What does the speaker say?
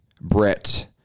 Brett